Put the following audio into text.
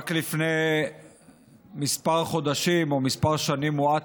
רק לפני מספר חודשים או מספר שנים מועט